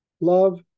love